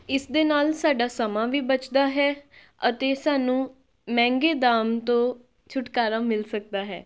ਇਸ ਦੇ ਨਾਲ ਸਾਡਾ ਸਮਾਂ ਵੀ ਬਚਦਾ ਹੈ ਅਤੇ ਸਾਨੂੰ ਮਹਿੰਗੇ ਦਾਮ ਤੋਂ ਛੁਟਕਾਰਾ ਮਿਲ ਸਕਦਾ ਹੈ